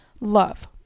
Love